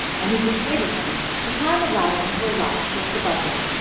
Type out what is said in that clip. and he persuaded her to climb a ladder into a loft just above them.